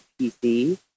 pc